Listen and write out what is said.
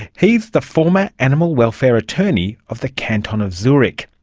he is the former animal welfare attorney of the canton of zurich.